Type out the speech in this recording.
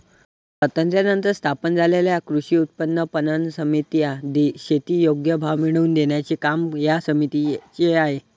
स्वातंत्र्यानंतर स्थापन झालेल्या कृषी उत्पन्न पणन समित्या, शेती योग्य भाव मिळवून देण्याचे काम या समितीचे आहे